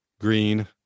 green